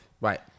Right